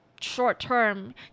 short-term